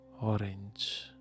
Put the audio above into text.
orange